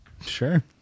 Sure